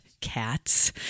cats